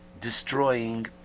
destroying